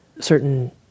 certain